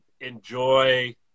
enjoy